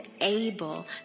able